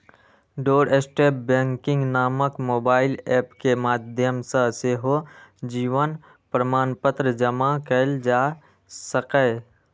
doorstep banking नामक mobile app के माध्यम सं सेहो जीवन प्रमाणपत्र जमा कैल जा सकैए